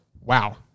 Wow